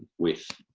with